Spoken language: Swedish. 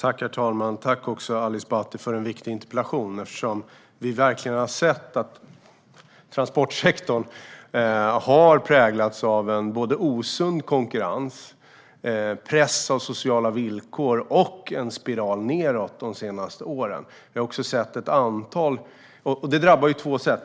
Herr talman! Tack, Ali Esbati, för en viktig interpellation! Transportsektorn har präglats av både en osund konkurrens, en press i sociala villkor, och en spiral nedåt de senaste åren. Det drabbar på två sätt.